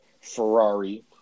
ferrari